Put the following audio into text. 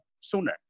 sooner